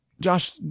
Josh